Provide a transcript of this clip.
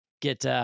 get